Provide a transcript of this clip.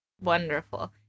Wonderful